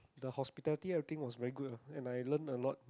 the hospitality everything was very good ah and I learn a lot